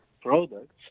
products